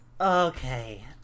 Okay